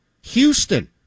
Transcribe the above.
Houston